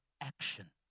action